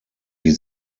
die